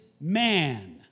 man